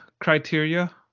criteria